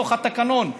בתוך התקנון,